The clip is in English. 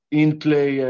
in-play